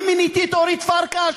אני מיניתי את אורית פרקש?